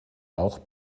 auch